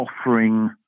offering